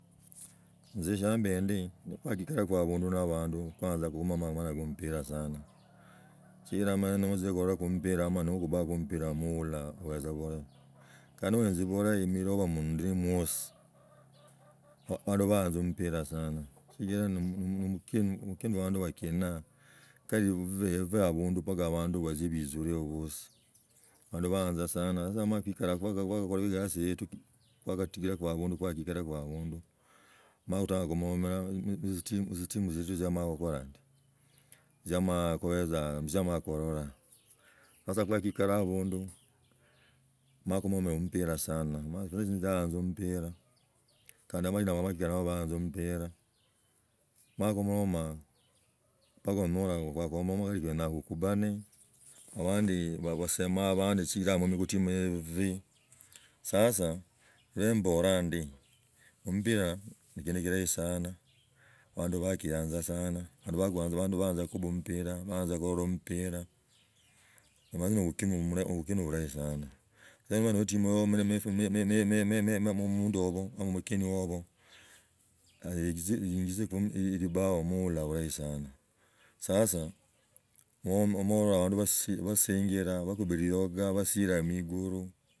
Izi shiamb ndi mala nzikolaki abundu na abandu kuanza kuroma omangano ko muere sana sichira omala notzizala kulolako mpira nomba nakubako mpira noula abe tza bulahi kandi noenzi burahimulrobo mundii mwisi walaba tza mupira sana shikiraa no mukeni omukenu ne abandu bakinoa kali bubaa abundu mpaka abandu balzie baichuroho bosi baho boyanza sana sasa wamala kuikaa kwakogola egasi yetu kwakatigilako abundu kwalgagalako abundu mala gutaga gumuomela etzitimu tzizio tzio omala okala ndi ziamagikurura sasa kwakaikaja abundu kumala kumuomela mupira sana. Nzi ndayanza omupira sana kandi nandi nibakenaa bayanza omupira mara kumuiomaa mpaka onyoraa kuenyaa kukubane oandi basemo abandi shingama gutimu yehe obubi sasa lwa mboraa ndi. Ompira a kindu kirahi sana. Abandu bakiyanza sana. Abandu bayanza okukuba omupira bayanza korora mpira. Omanyi no obukina burahi sana noha netimu yoho meema omundu obi, mukeni woho velizeku libao moola bulahi sana sasa mororaa abandi basingira bakuba lihoka.